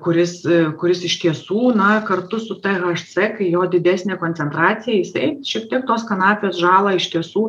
kuris kuris iš tiesų na kartu su tė haš cė kai jo didesnė koncentracija jisai šiek tiek tos kanapės žalą iš tiesų